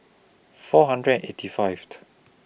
four hundred and eighty Fifth